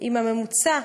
אם הממוצע,